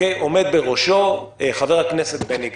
עומד בראשו חבר הכנסת בני גנץ.